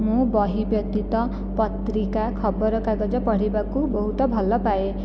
ମୁଁ ବହି ବ୍ୟତୀତ ପତ୍ରିକା ଖବରକାଗଜ ପଢ଼ିବାକୁ ବହୁତ ଭଲପାଏ